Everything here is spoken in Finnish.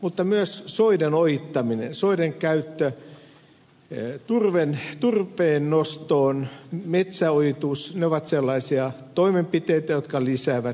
mutta myös soiden ojittaminen soiden käyttö turpeennostoon ja metsäojitus ovat sellaisia toimenpiteitä jotka lisäävät rehevöitymistä